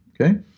okay